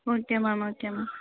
okay ma'am okay ma'am